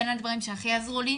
בין הדברים שהכי עזרו לי,